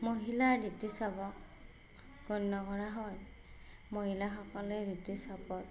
মহিলাৰ ঋতুস্ৰাবক গণ্য কৰা হয় মহিলাসকলে ঋতুস্ৰাবত